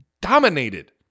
dominated